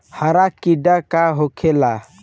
हरा कीड़ा का होखे ला?